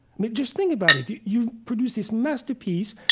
mean, just think about it. you've produced this masterpiece,